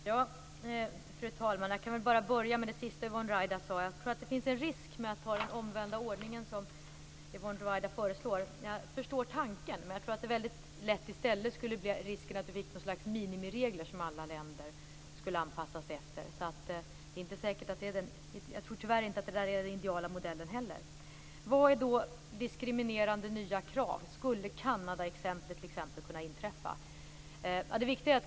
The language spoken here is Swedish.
Fru talman! Jag skall börja med det sista Yvonne Ruwaida sade. Jag tror att det finns en risk med att ha den omvända ordning som Yvonne Ruwaida föreslår. Jag förstår tanken, men det är väldigt lätt att det i stället skulle bli ett slags minimiregler som alla länder skulle anpassa sig efter. Jag tror tyvärr inte att det är den ideala modellen heller. Vad är då diskriminerande nya krav? Skulle Kanadaexemplet kunna inträffa?